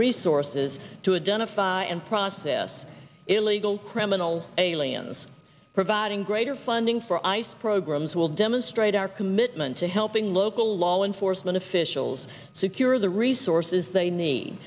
resources to a dentist and process illegal criminal aliens providing greater funding for ice programs will demonstrate our commitment to helping local law enforcement officials secure the resources they need